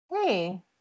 hey